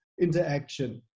interaction